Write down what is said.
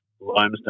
limestone